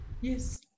yes